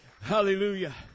Hallelujah